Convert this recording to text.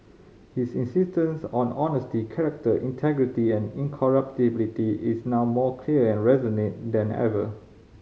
his insistence on honesty character integrity and incorruptibility is now more clear and resonant than ever